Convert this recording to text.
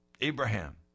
Abraham